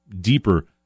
deeper